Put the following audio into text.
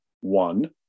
one